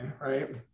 right